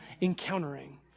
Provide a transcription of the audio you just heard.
encountering